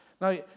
Now